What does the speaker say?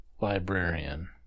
librarian